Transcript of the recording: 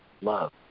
Love